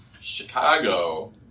Chicago